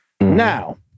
Now